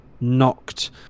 knocked